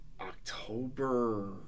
October